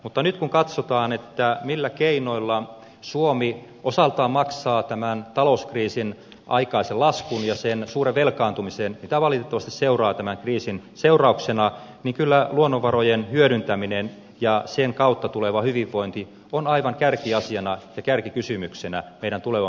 mutta nyt kun katsotaan millä keinoilla suomi osaltaan maksaa tämän talouskriisin aikaisen laskun ja sen suuren velkaantumisen mikä valitettavasti seuraa tämän kriisin seurauksena kyllä luonnonvarojen hyödyntäminen ja sen kautta tuleva hyvinvointi on aivan kärkiasiana ja kärkikysymyksenä meidän tulevan menestyksemme kannalta